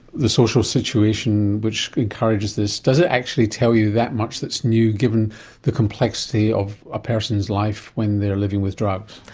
the social situation which encourages this? does it actually tell you that much that's new given the complexity of a person's life when they're living with drugs?